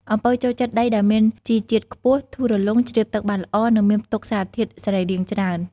អំពៅចូលចិត្តដីដែលមានជីជាតិខ្ពស់ ធូររលុង ជ្រាបទឹកបានល្អ និងមានផ្ទុកសារធាតុសរីរាង្គច្រើន។